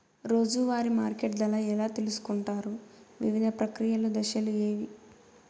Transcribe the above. రోజూ వారి మార్కెట్ ధర ఎలా తెలుసుకొంటారు వివిధ ప్రక్రియలు దశలు ఏవి?